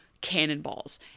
cannonballs